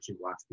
watch